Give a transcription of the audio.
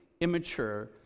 immature